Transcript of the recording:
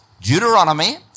Deuteronomy